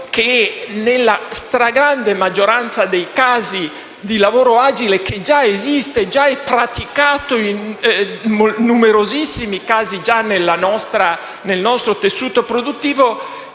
che nella stragrande maggioranza dei casi di lavoro agile - che già esiste e già è praticato in numerosissimi casi nel nostro tessuto produttivo